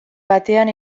batean